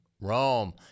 Rome